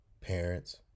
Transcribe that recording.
parents